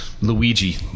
Luigi